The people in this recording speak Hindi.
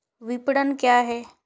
विपणन क्या है?